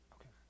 Okay